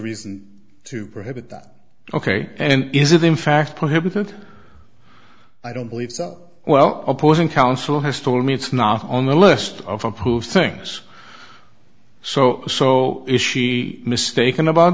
reason to prohibit that ok and is it in fact prohibited i don't believe well opposing counsel has told me it's not on the list of approved things so so is she mistaken about